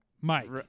Mike